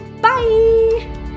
Bye